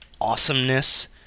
awesomeness